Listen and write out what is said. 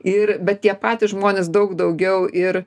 ir bet tie patys žmonės daug daugiau ir